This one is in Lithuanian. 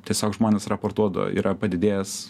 tiesiog žmonės raportuodavo yra padidėjęs